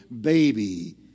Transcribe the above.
baby